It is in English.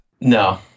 No